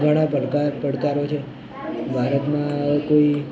ઘણા પડકાર પડકારો છે ભારતમાં કોઈ